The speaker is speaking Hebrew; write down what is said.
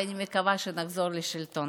ואני מקווה שנחזור לשלטון.